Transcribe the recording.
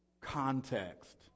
context